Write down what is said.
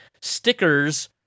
stickers